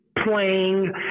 Playing